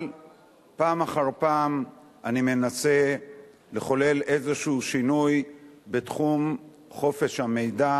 אבל פעם אחר פעם אני מנסה לחולל איזשהו שינוי בתחום חופש המידע